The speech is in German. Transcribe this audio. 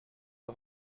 auf